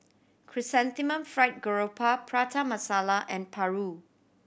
Chrysanthemum Fried Garoupa Prata Masala and Paru